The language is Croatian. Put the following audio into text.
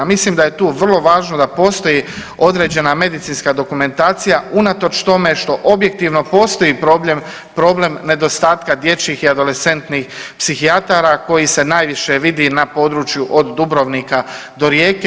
Mislim da je tu vrlo važno da postoji određena medicinska dokumentacija unatoč tome što objektivno postoji problem nedostatka dječjih i adolescentnih psihijatara koji se najviše vidi na području od Dubrovnika do Rijeke.